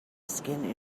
skin